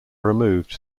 removed